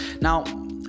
Now